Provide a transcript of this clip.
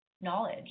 Knowledge